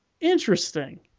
Interesting